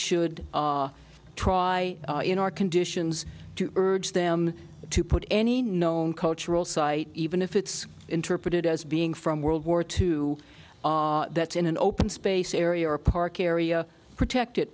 should try in our conditions to urge them to put any known cultural site even if it's interpreted as being from world war two that's in an open space area or a park area protected